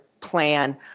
plan